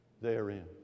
therein